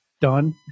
done